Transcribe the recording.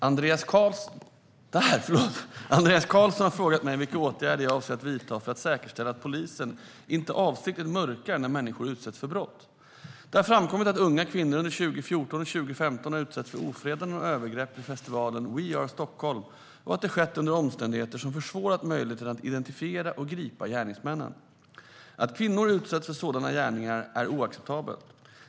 Herr talman! Andreas Carlson har frågat mig vilka åtgärder jag avser att vidta för att säkerställa att polisen inte avsiktligt mörkar när människor utsätts för brott. Det har framkommit att unga kvinnor under 2014 och 2015 har utsatts för ofredanden och övergrepp vid festivalen We are Sthlm och att det skett under omständigheter som försvårat möjligheten att identifiera och gripa gärningsmännen. Att kvinnor utsätts för sådana gärningar är oacceptabelt.